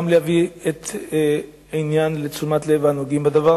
גם להביא את העניין לתשומת לב הנוגעים בדבר